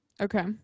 Okay